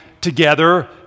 together